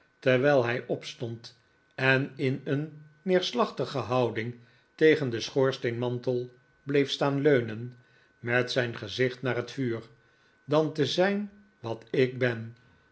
terwijl hij opstond en in een neerslachtige houding tegen den schoorsteenmantel bleef staan leunen met zijn gezicht naar het vuur dari te zijn wat ik ben